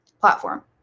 platform